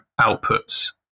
outputs